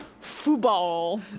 football